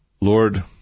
Lord